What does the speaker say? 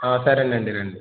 సరేనండి రండి